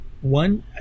one